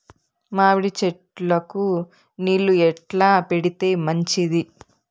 మామిడి చెట్లకు నీళ్లు ఎట్లా పెడితే మంచిది?